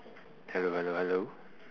hello hello hello